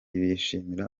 bishimira